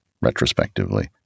retrospectively